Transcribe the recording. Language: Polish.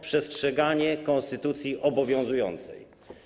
Przestrzeganie konstytucji obowiązującej.